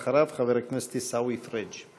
אחריו, חבר הכנסת עיסאווי פריג'.